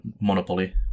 monopoly